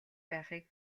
байхыг